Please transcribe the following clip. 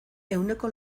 ehuneko